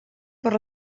per